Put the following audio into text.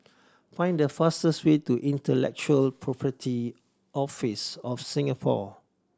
find the fastest way to Intellectual Property Office of Singapore